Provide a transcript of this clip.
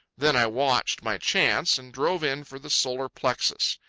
then i watched my chance and drove in for the solar plexus.